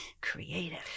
creative